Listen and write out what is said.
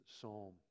psalm